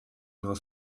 nur